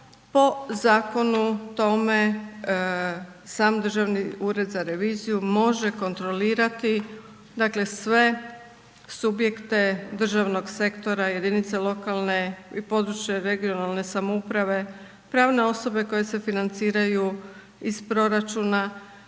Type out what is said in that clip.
po zakonu tome sam Državni ured za reviziju može kontrolirati, dakle sve subjekte državnog sektora jedinica lokalne i područne, regionalne samouprave, pravne osobe koje se financiraju iz proračuna,